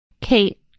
Kate